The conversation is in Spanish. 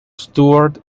stewart